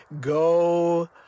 Go